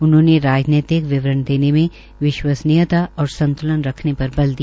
उन्होंने राजनैतिक विवरण देने में विश्वसनीयता और संतुलन रखने पर बल दिया